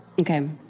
Okay